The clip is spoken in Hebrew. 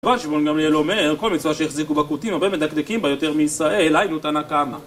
כמובן שרבן גמליאל אומר, כל מצווה שהחזיקו בכותים, הרבה מדקדקים, יותר מישראל, היינו תנא קמא.